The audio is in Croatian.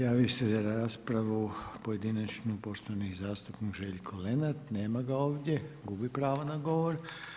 Javio se za raspravu, pojedinačnu, poštovani zastupnik Željko Lenart, nema ga ovdje, gubi pravo na govor.